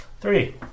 three